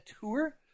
tour